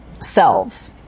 selves